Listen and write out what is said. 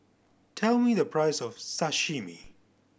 tell me the price of Sashimi